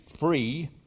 Free